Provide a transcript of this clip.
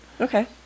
Okay